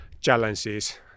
challenges